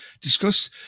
discuss